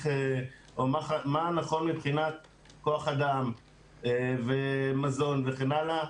או מה נכון מבחינת כוח אדם ומזון וכן הלאה,